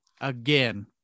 again